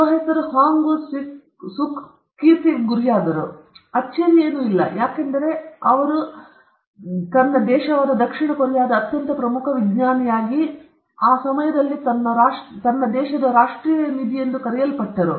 professor Woo Suk ಕೀರ್ತಿಗೆ ಗುರಿಯಾದರು ಇಲ್ಲ ಅಚ್ಚರಿಯೇನೂ ಇಲ್ಲ ಮತ್ತು ಅವನು ತನ್ನ ದೇಶದ ದಕ್ಷಿಣ ಕೊರಿಯಾದ ಅತ್ಯಂತ ಪ್ರಮುಖವಾದ ವಿಜ್ಞಾನಿಯಾಗಿದ್ದು ಆ ಸಮಯದಲ್ಲಿ ತನ್ನ ರಾಷ್ಟ್ರೀಯ ನಿಧಿ ಎಂದು ಕರೆಯಲ್ಪಟ್ಟನು